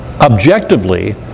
objectively